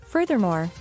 Furthermore